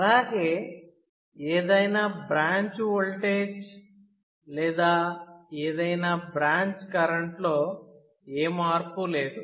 అలాగే ఏదైనా branch voltage లేదా ఏదైనా బ్రాంచ్ కరెంట్ లో ఏ మార్పు లేదు